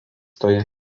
toje